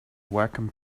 wacom